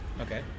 Okay